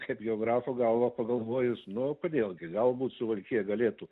kaip geografo galvą pagalvojus nu kodėl gi galbūt suvalkija galėtų